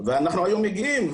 ואנחנו היום מגיעים,